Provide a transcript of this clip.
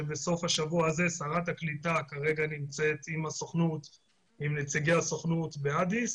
שרת הקליטה כרגע נמצאת עם נציגי הסוכנות באדיס